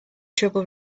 trouble